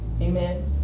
Amen